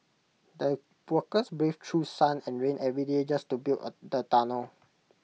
the workers braved through sun and rain every day just to build A tunnel